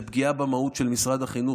זו פגיעה במהות של משרד החינוך.